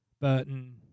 Burton